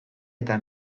eta